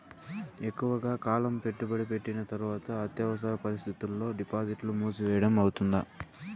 ఎక్కువగా కాలం పెట్టుబడి పెట్టిన తర్వాత అత్యవసర పరిస్థితుల్లో డిపాజిట్లు మూసివేయడం అవుతుందా?